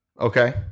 Okay